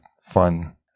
fun